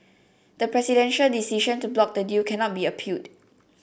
the presidential decision to block the deal cannot be appealed